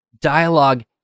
dialogue